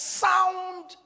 sound